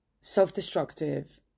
self-destructive